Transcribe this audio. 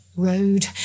road